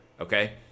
okay